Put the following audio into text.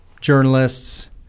journalists